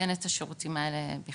אין את השירותים האלה בכלל.